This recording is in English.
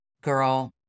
girl